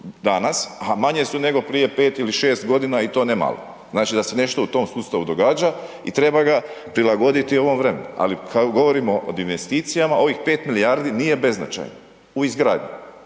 a manje su nego prije 5 ili 6.g. i to ne malo, znači da se nešto u tom sustavu događa i treba ga prilagoditi ovom vremenu, ali kad govorimo o investicijama ovih 5 milijardi nije beznačajno u izgradnji,